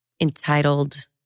entitled